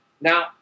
Now